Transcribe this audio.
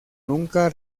nunca